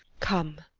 come,